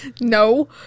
No